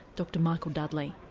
dr michael dudley.